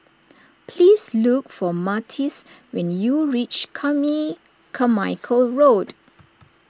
please look for Martez when you reach Carmichael Mikel Road